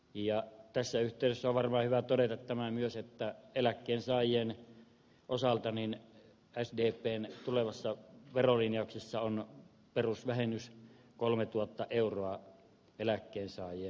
ja tässä yhteydessä varma eivät ole tämän mies että eläkkeensaajien osalta niin presidentteinä tulevassa verolinjauksessa on perusvähennys kolmetuhatta euroa eläkkeensaajia